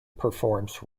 performs